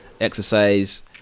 Exercise